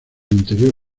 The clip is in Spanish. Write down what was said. interior